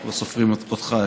לא סופרים אותך,